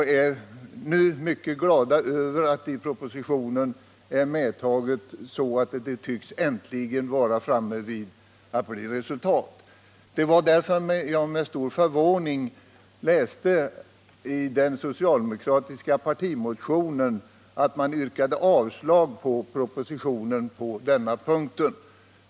Vi är därför mycket glada över behandlingen av frågan i propositionen och över att vi äntligen tycks kunna nå resultat. Det var därför som jag med stor förvåning läste i den socialdemokratiska partimotionen att man yrkade avslag på denna punkt i propositionen.